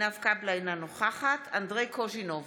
אינה נוכחת אנדרי קוז'ינוב,